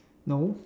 no